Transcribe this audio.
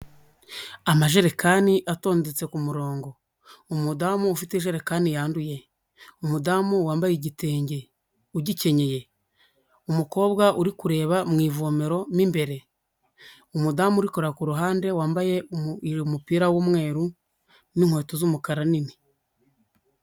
Amajerekani atondetse ku murongo. Umudamu ufite ijerekani yanduye, umudamu wambaye igitenge ugikenyeye, umukobwa uri kureba mu ivomero mo imbere, umudamu uri kureba ku ruhande wambaye umupira w'umweru n'inkweto z'umukara nini.